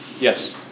Yes